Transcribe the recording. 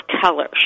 colors